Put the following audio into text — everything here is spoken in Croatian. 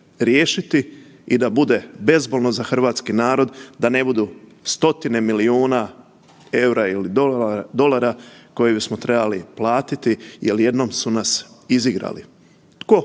riješiti i da bude bezbolno za hrvatski narod da ne budu stotine milijuna EUR-a ili dolara koje smo trebali platiti jel jednom su nas izigrali. Tko?